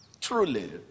truly